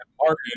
Martin